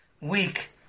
week